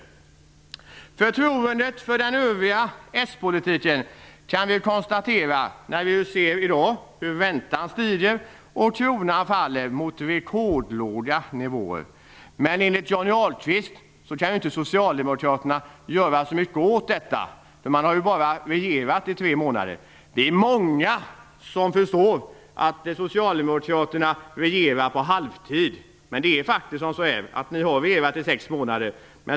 Vi ser i dag hur räntan stiger och kronan faller mot rekordlåga nivåer, och vi kan konstatera vad det betyder för förtroendet för den övriga s-politiken. Men enligt Johnny Ahlqvist kan Socialdemokraterna inte göra så mycket åt detta, eftersom man bara har regerat i tre månader. Många förstår att Socialdemokraterna regerar på halvtid, men ni har faktiskt regerat i sex månader.